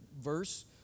verse